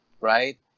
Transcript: right